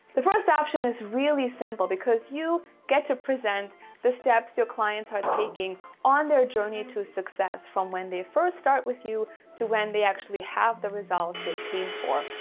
the first option is really simple because you get to present the steps your clients are taking on their journey to success from when they first start with you to when they actually have the results they came for.